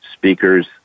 speakers